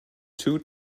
too